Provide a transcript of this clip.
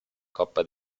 coppa